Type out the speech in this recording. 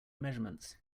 measurements